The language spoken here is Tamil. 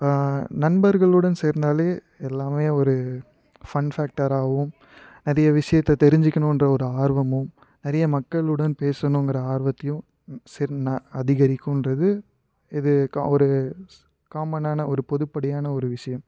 நண்பர்களுடன் சேர்ந்தாலே எல்லாமே ஒரு ஃபன் ஃபேக்டராகவும் நிறைய விஷயத்தை தெரிஞ்சிக்கணுன்ற ஒரு ஆர்வமும் நிறைய மக்களுடன் பேசணுங்கிற ஆர்வத்தையும் ம் சிர் ந அதிகரிக்குன்றது இது கா ஒரு ஸ் காமனான ஒரு பொதுப்படையான ஒரு விஷயம்